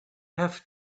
have